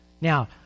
Now